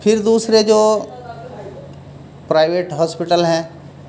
پھر دوسرے جو پرائیویٹ ہاسپٹل ہیں